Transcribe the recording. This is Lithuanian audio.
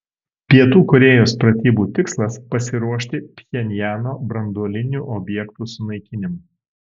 pietų korėjos pratybų tikslas pasiruošti pchenjano branduolinių objektų sunaikinimui